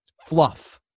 fluff